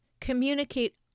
communicate